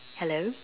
hello